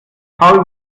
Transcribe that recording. paul